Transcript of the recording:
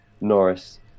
Norris